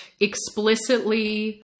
explicitly